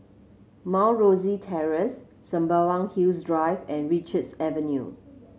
Mount Rosie Terrace Sembawang Hills Drive and Richards Avenue